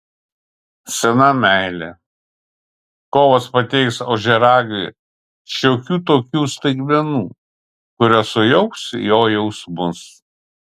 sena meilė kovas pateiks ožiaragiui šiokių tokių staigmenų kurios sujauks jo jausmus